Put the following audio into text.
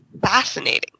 fascinating